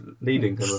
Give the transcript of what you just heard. Leading